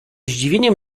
zdziwieniem